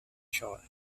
shore